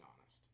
honest